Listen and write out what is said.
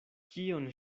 kion